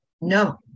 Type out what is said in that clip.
No